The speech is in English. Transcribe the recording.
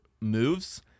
moves